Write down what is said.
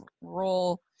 role